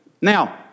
Now